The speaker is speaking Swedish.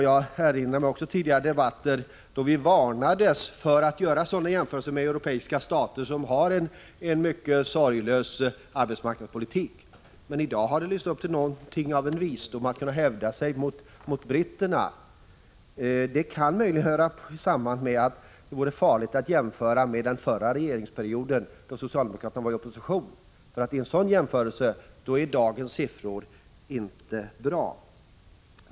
Jag erinrar mig tidigare debatter då vi varnades för att göra jämförelser med europeiska stater som har en mycket sorglös arbetsmarknadspolitik. Men i dag har man lyft upp till något av en visdom att kunna hävda sig mot britterna. Det kan möjligen hänga samman med att det kan vara farligt att jämföra med situationen under den tidigare regeringsperioden, då socialdemokraterna var i opposition. I en sådan jämförelse står inte dagens siffror bra.